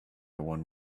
one